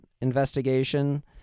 investigation